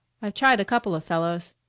i tried a couple of fellows.